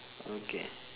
okay